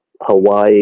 Hawaii